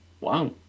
Wow